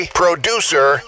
producer